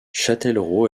châtellerault